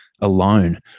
alone